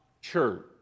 church